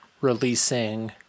releasing